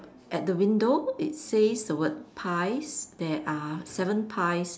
at the window it says the word pies there are seven pies